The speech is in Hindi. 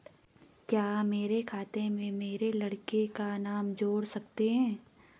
क्या मेरे खाते में मेरे लड़के का नाम जोड़ सकते हैं?